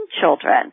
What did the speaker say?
children